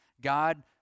God